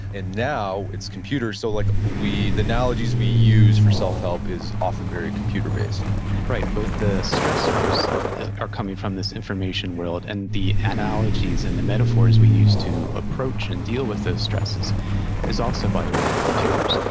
and now it's computers, so like we, the analogies we use for self-help is often very computer-based right, both the stressors are coming from this information world, and the analogies and the metaphors we use to approach and deal with those stresses is also by way of computers.